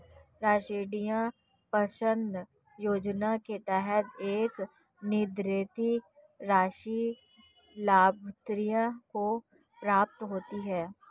राष्ट्रीय पेंशन योजना के तहत एक निर्धारित राशि लाभार्थियों को प्राप्त होती है